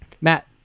Matt